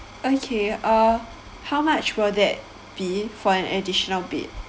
okay uh how much will that be for an additional bed